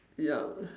ya